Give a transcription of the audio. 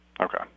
Okay